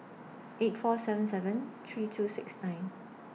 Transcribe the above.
eight four seven seven three two six nine